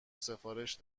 سفارش